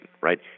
right